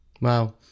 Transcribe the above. Wow